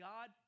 God